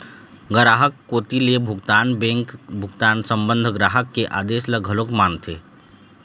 गराहक कोती ले भुगतान बेंक भुगतान संबंध ग्राहक के आदेस ल घलोक मानथे